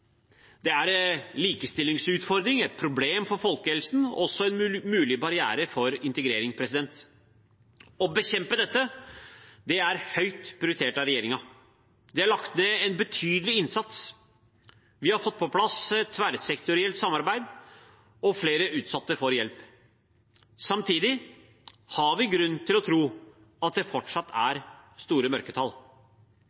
Det er en likestillingsutfordring, et problem for folkehelsen og en mulig barriere for integrering. Å bekjempe dette er høyt prioritert av regjeringen. Det er lagt ned en betydelig innsats. Vi har fått på plass et tverrsektorielt samarbeid, og flere utsatte får hjelp. Samtidig har vi grunn til å tro at det fortsatt er